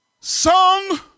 Song